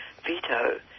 veto